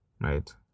Right